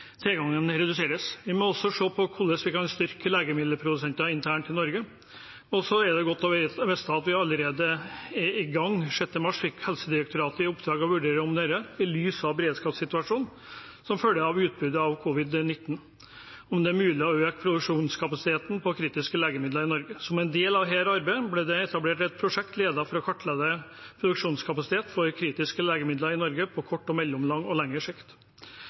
reduseres. Vi må også se på hvordan vi kan styrke legemiddelprodusenter internt i Norge. Det er godt å vite at vi allerede er i gang. Den 6. mars fikk Helsedirektoratet i oppdrag å vurdere om det, i lys av beredskapssituasjonen som følge av utbruddet av covid-19, er mulig å øke produksjonskapasiteten på kritiske legemidler i Norge. Som en del av dette arbeidet ble det etablert et prosjekt for å kartlegge produksjonskapasitet for kritiske legemidler i Norge på kort, mellomlang og lengre sikt.